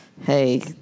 Hey